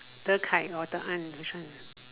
De-An or De-Kai which one ah